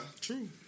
True